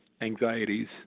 anxieties